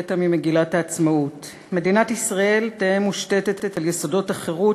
קטע ממגילת העצמאות: "מדינת ישראל תהא מושתתת על יסודות החירות,